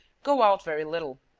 go out very little.